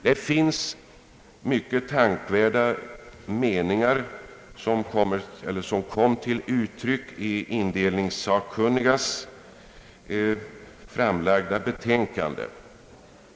Det finns mycket tänkvärda meningar som kommit till uttryck i indelningssakkunnigas framlagda betänkande.